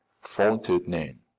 faltered nan.